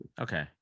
Okay